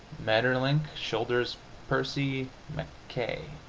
maeterlinck shoulders percy mackaye.